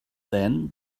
then